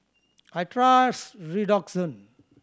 I trust Redoxon